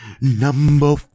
Number